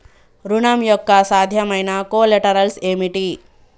ఋణం యొక్క సాధ్యమైన కొలేటరల్స్ ఏమిటి?